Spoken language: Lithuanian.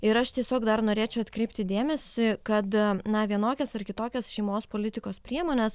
ir aš tiesiog dar norėčiau atkreipti dėmesį kad na vienokias ar kitokias šeimos politikos priemones